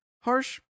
harsh